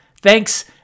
Thanks